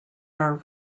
are